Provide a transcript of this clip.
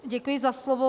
Děkuji za slovo.